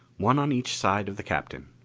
one on each side of the captain.